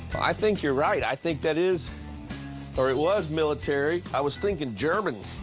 i think you're right. i think that is or it was military. i was thinking german.